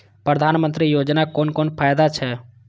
प्रधानमंत्री योजना कोन कोन फायदा छै?